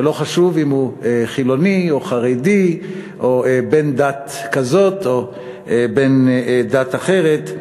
ולא חשוב אם הוא חילוני או חרדי או בן דת כזאת או בן דת אחרת,